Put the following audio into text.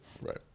Right